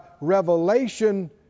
revelation